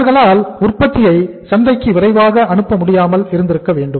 அவர்களால் உற்பத்தியை சந்தைக்கு விரைவாக அனுப்ப முடியாமல் இருந்திருக்க வேண்டும்